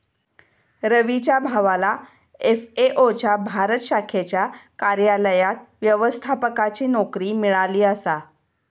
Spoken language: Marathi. रवीच्या भावाला एफ.ए.ओ च्या भारत शाखेच्या कार्यालयात व्यवस्थापकाची नोकरी मिळाली आसा